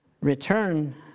return